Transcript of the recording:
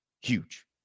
huge